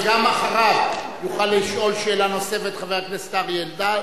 אחריו יוכל לשאול שאלה נוספת חבר הכנסת אריה אלדד,